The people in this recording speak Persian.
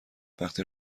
وقتی